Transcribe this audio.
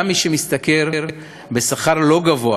גיסא גם מי שמשתכר שכר לא גבוה